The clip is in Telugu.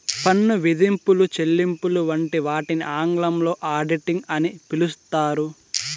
పన్ను విధింపులు, చెల్లింపులు వంటి వాటిని ఆంగ్లంలో ఆడిటింగ్ అని పిలుత్తారు